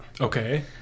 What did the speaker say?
Okay